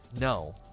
No